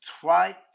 try